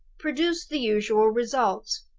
produced the usual results.